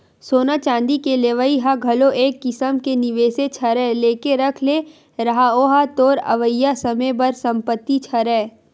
सोना चांदी के लेवई ह घलो एक किसम के निवेसेच हरय लेके रख ले रहा ओहा तोर अवइया समे बर संपत्तिच हरय